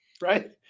Right